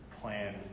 plan